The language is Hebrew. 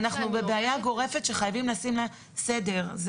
אנחנו בבעיה גורפת שחייבים לשים לה סדר.